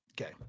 okay